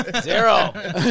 zero